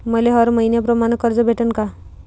मले हर मईन्याप्रमाणं कर्ज भेटन का?